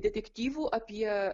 detektyvų apie